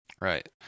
Right